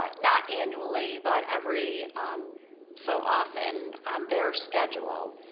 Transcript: um not annually, but every so often, on their schedule.